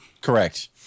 Correct